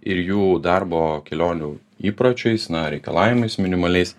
ir jų darbo kelionių įpročiais na reikalavimais minimaliais